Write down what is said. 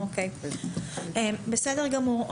בסדר גמור.